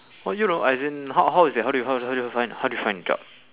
well you know as in how how is it how do you how do you how do you find the job